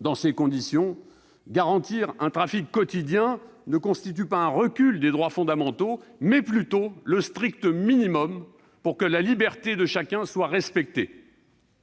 Dans ces conditions, garantir un trafic quotidien constitue non pas un recul des droits fondamentaux, mais plutôt le strict minimum pour que la liberté de chacun soit respectée.